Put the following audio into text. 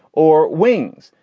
or wings.